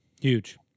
Huge